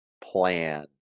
plan